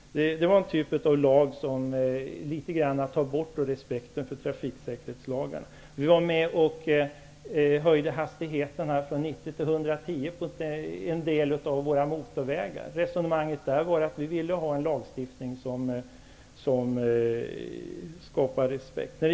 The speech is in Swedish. Det var en typ av lag som något tar bort respekten för trafiksäkerhetslagar. För en del av våra motorvägar höjde vi den högsta tillåtna hastigheten från 90 till 110 km/tim. Resonemanget som fördes var att vi ville ha en lagstiftning som skapar respekt.